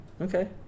Okay